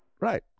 right